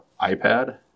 iPad